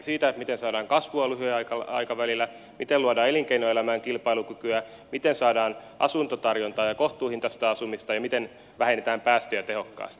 siitä miten saadaan kasvua lyhyellä aikavälillä miten luodaan elinkeinoelämään kilpailukykyä miten saadaan asuntotarjontaa ja kohtuuhintaista asumista ja miten vähennetään päästöjä tehokkaasti